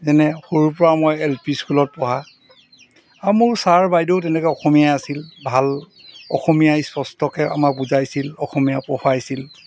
যেনে সৰুৰপৰা মই এল পি স্কুলত পঢ়া আৰু মোৰ ছাৰ বাইদেউও তেনেকৈ অসমীয়াই আছিল ভাল অসমীয়াই স্পষ্টকৈ আমাক বুজাইছিল অসমীয়া পঢ়ুৱাইছিল